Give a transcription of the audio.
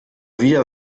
wieder